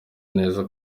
neza